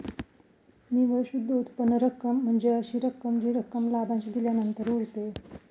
निव्वळ शुद्ध उत्पन्न रक्कम म्हणजे अशी रक्कम जी रक्कम लाभांश दिल्यानंतर उरते